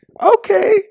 okay